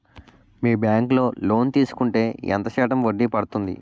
మీ bank లో loan తీసుకుంటే ఎంత శాతం వడ్డీ పడ్తుంది?